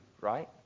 right